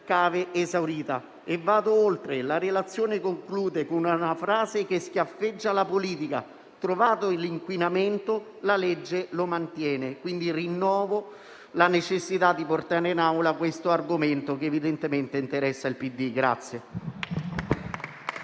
cave esaurite. Vado oltre, perché la relazione conclude con una frase che schiaffeggia la politica: «Trovato l'inquinamento, la legge lo mantiene». Rinnovo la necessità di portare in Aula questo argomento, che evidentemente interessa il PD.